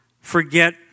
forget